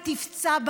ותפצע,